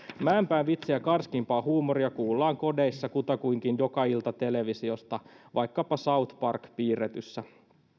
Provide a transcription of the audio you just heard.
mäenpään vitsejä karskimpaa huumoria kuullaan kodeissa kuta kuinkin joka ilta televisiosta vaikkapa south park piirretyssä